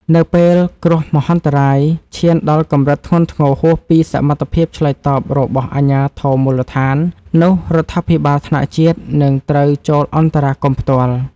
នៅពេលគ្រោះមហន្តរាយឈានដល់កម្រិតធ្ងន់ធ្ងរហួសពីសមត្ថភាពឆ្លើយតបរបស់អាជ្ញាធរមូលដ្ឋាន នោះរដ្ឋាភិបាលថ្នាក់ជាតិនឹងត្រូវចូលអន្តរាគមន៍ផ្ទាល់។